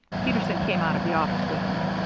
peterson came out of the office with him.